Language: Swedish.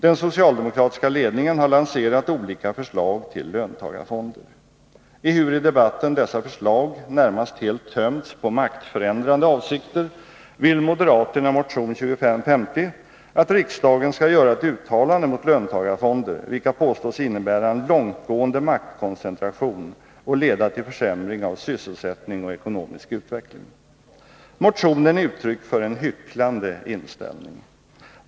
Den socialdemokratiska ledningen har lanserat olika förslag till löntagarfonder. Ehuru i debatten dessa förslag närmast helt tömts på maktförändrande avsikter, vill moderaterna i motion 2550 att riksdagen skall göra ett uttalande mot löntagarfonder, vilka påstås innebära en långtgående maktkoncentration och leda till försämring av sysselsättning och ekonomisk utveckling. Motionen är uttryck för en hycklande inställning.